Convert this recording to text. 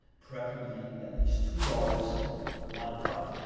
preferably at least two dollars on the front.